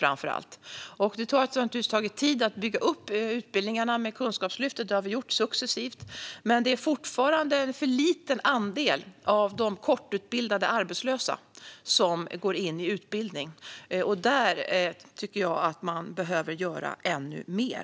Det har naturligtvis tagit tid att bygga upp utbildningarna med Kunskapslyftet. Det har vi gjort successivt. Men det är fortfarande en för liten andel av de kortutbildade arbetslösa som går in i utbildning. Där tycker jag att man behöver göra ännu mer.